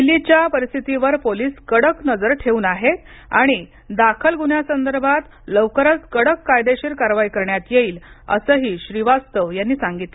दिल्लीच्या परिस्थितीवर पोलीस कडक नजर ठेऊन आहेत आणि दाखल गुन्ह्यांसंदर्भात लवकरच कडक कायदेशीर कारवाई करण्यात येईल असंही श्रीवास्तव यांनी सांगितल